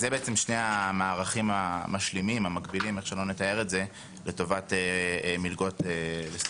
אלו הם שני המערכים המשלימים לטובת מלגות לסטודנטים.